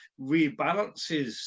rebalances